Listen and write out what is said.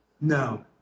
no